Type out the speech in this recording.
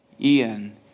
Ian